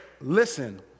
listen